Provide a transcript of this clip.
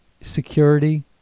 security